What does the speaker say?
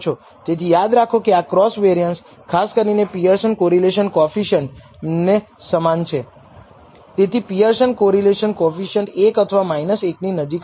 તેથી યાદ રાખો કે આ ક્રોસ કોવેરીયાંસ ખાસ કરીને પીઅરસન કોરિલેશન કોએફીસીએંટને સમાન છે તેથી પીઅરસન કોરિલેશન કોએફીસીએંટ 1 અથવા 1 થી નજીક હતો